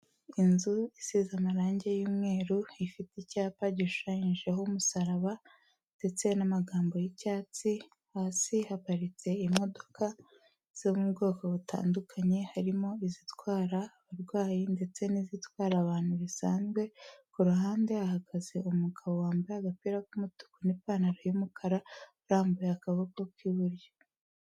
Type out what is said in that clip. Inzu isize amarange y'umweru, ifite icyapa gishushanyijeho umusaraba ndetse n'amagambo y'icyatsi, hasi haparitse imodoka zo mu bwoko butandukanye harimo izitwara abarwayi ndetse n'izitwara abantu bisanzwe, ku ruhande hahagaze umugabo wambaye agapira k'umutuku n'ipantaro y'umukara arambuye akaboko k'iburyo.